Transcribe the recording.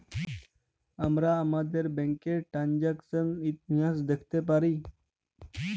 আমরা আমাদের ব্যাংকের টেরানযাকসন ইতিহাস দ্যাখতে পারি